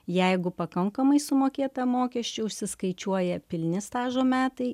jeigu pakankamai sumokėta mokesčių užsiskaičiuoja pilni stažo metai